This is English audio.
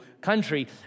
country